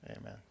Amen